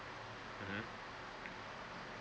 mmhmm